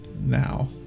now